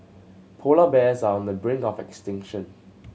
polar bears are on the brink of extinction